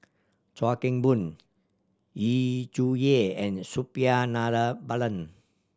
Chuan Keng Boon Yu Zhuye and Suppiah Dhanabalan